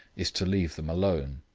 is to leave them alone.